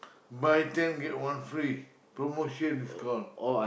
buy ten get one free promotion discount